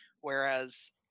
Whereas